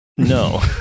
No